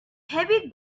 heavy